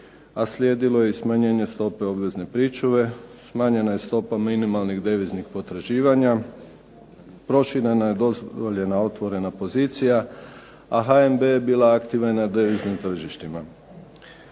a slijedilo je i smanjenje stope obvezne pričuve, smanjenja je stopa minimalnih deviznih potraživanja, proširena je dozvoljena otvorena pozicija a HNB je bila aktivna i na deviznim tržištima.